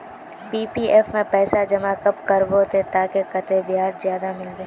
PPF में पैसा जमा कब करबो ते ताकि कतेक ब्याज ज्यादा मिलबे?